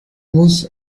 muss